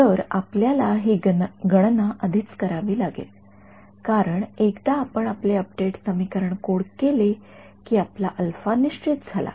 तर आपल्याला ही गणना आधीच करावी लागेल कारण एकदा आपण आपले अपडेट समीकरण कोड केले की आपला अल्फा निश्चित झाला